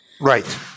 Right